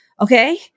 okay